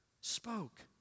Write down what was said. spoke